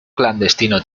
clandestino